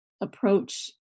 approach